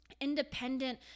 independent